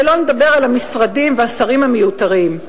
שלא לדבר על המשרדים והשרים המיותרים.